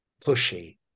pushy